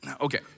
okay